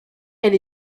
elle